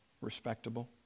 Respectable